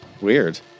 Weird